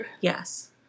Yes